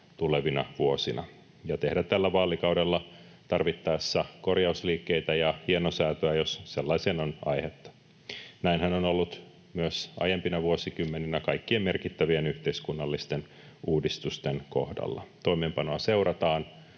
tulevina vuosina ja tehdä tällä vaalikaudella tarvittaessa korjausliikkeitä ja hienosäätöä, jos sellaiseen on aihetta. Näinhän on ollut myös aiempina vuosikymmeninä kaikkien merkittävien yhteiskunnallisten uudistusten kohdalla. Toimeenpanoa seurataan,